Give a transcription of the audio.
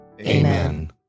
Amen